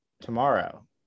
Tomorrow